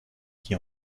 qui